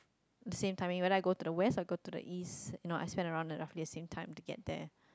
the same time when you like go to the west or go to the east you know I spend around the roughly same time to get there